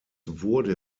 wurde